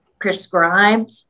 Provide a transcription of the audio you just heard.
prescribed